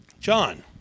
John